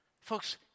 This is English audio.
Folks